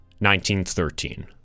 1913